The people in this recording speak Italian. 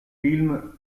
film